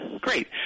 great